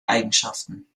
eigenschaften